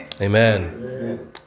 Amen